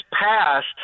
passed